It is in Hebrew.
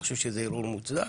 אני חושב שזה ערעור מוצדק,